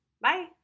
Bye